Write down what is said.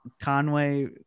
Conway